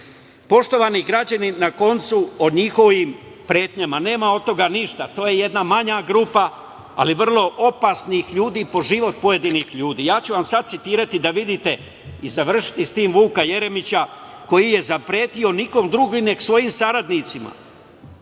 građani, na kraju o njihovim pretnjama. Nema od toga ništa, to je jedna manja grupa, ali vrlo opasnih ljudi po život pojedinih. Ja ću vam sada citirati, da vidite, i završiti s tim, Vuka Jeremića, koji je zapretio nikome drugom nego svojim saradnicima.